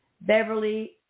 Beverly